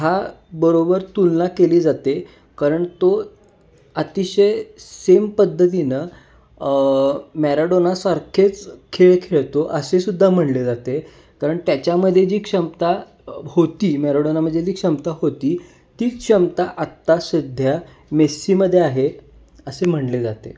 ह्या बरोबर तुलना केली जाते कारण तो अतिशय सेम पद्धतीनं मॅराॅडॉनासारखेच खेळ खेळतो असेसुद्धा म्हणले जाते कारण त्याच्यामध्ये जी क्षमता होती मॅरॅडॉनामध्ये जी क्षमता होती ती क्षमता आत्ता सध्या मेस्सीमध्ये आहे असे म्हणले जाते